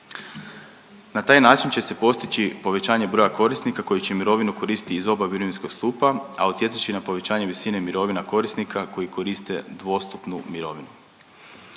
Na taj način će se postići povećanje broja korisnika koji će mirovinu koristiti iz oba mirovinska stupa, a utjecat će i na povećanje visine mirovina korisnika koji koriste dvostupnu mirovinu.